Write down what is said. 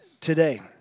today